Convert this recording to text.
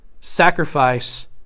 sacrifice